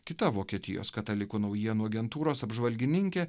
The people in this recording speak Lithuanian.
kita vokietijos katalikų naujienų agentūros apžvalgininkė